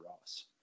Ross